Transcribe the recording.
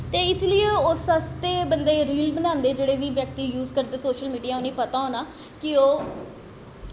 ते उस असते बंदे रील बनांदे जेह्ड़े बी व्याकि यूज करदे सोशल मीडिया उनेंगी पता होना ओह्